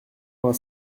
vingt